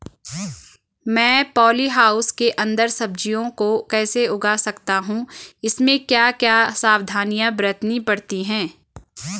मैं poly house के अन्दर सब्जियों को कैसे उगा सकता हूँ इसमें क्या क्या सावधानियाँ बरतनी पड़ती है?